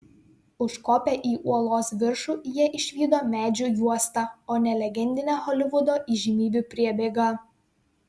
užkopę į uolos viršų jie išvydo medžių juostą o ne legendinę holivudo įžymybių priebėgą